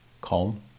calm